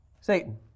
Satan